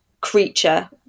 creature